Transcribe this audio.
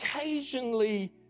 occasionally